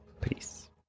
Peace